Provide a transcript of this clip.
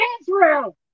Israel